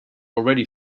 already